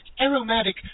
aromatic